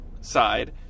side